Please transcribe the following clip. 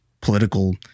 political